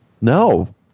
No